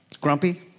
Grumpy